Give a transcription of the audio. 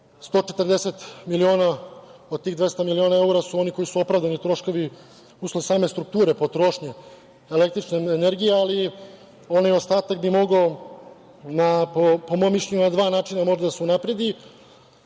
140 miliona. Od tih 200 miliona evra su oni koji su opravdani troškovi usled same strukture potrošnje električne energije, ali onaj ostatak bi mogao, po mom mišljenju, na dva načina možda da se unapredi. Jedan